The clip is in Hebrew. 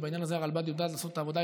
ובעניין הזה הרלב"ד יודעת לעשות את העבודה,